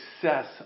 success